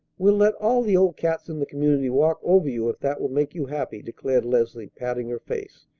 we'll let all the old cats in the community walk over you if that will make you happy, declared leslie, patting her face.